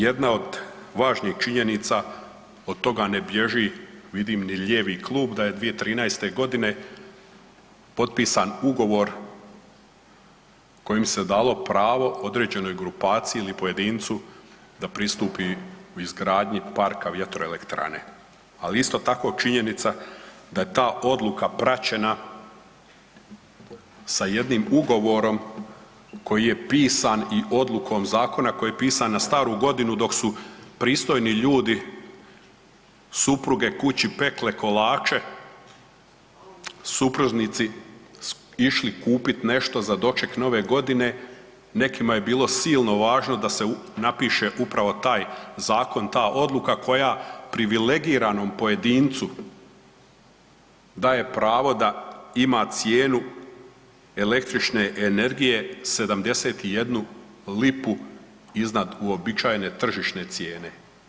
Jedna od važnih činjenica, od toga ne bježi vidim ni lijevi klub da je 2013.g. potpisan ugovor kojim se dalo pravo određenoj grupaciji ili pojedinci da pristupi izgradnji parka vjetroelektrane, ali isto tako činjenica da je ta odluka praćena sa jednim ugovorom koji je pisan i odlukom zakona koja je pisana na Staru Godinu dok su pristojni ljudi, supruge kući pekle kolače, supružnici išli kupit nešto za doček Nove Godine, nekima je bilo silno važno da se napiše upravo taj zakon, ta odluka koja privilegiranom pojedincu daje pravo da ima cijenu električne energije 71 lipu iznad uobičajene tržišne cijene.